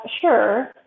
sure